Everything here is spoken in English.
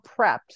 prepped